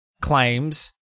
claims